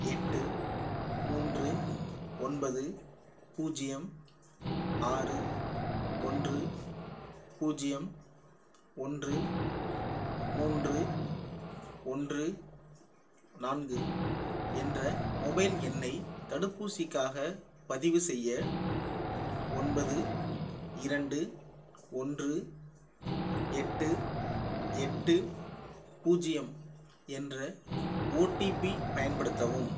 எட்டு மூன்று ஒன்பது பூஜ்யம் ஆறு ஒன்று பூஜ்யம் ஒன்று மூன்று ஒன்று நான்கு என்ற மொபைல் எண்ணை தடுப்பூசிக்காகப் பதிவுசெய்ய ஒன்பது இரண்டு ஒன்று எட்டு எட்டு பூஜ்யம் என்ற ஓடிபி பயன்படுத்தவும்